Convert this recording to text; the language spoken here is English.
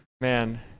Man